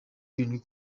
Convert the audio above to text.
birindwi